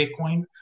Bitcoin